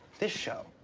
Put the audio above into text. this show.